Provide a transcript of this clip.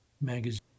Magazine